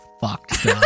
fucked